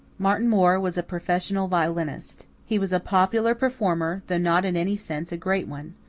martin moore was a professional violinist. he was a popular performer, though not in any sense a great one.